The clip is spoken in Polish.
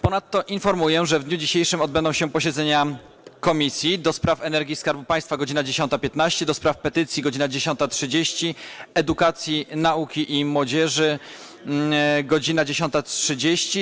Ponadto informuję, że w dniu dzisiejszym odbędą się posiedzenia Komisji: - do Spraw Energii i Skarbu Państwa - godz. 10.15, - do Spraw Petycji - godz. 10.30, - Edukacji, Nauki i Młodzieży - godz. 10.30,